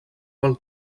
pel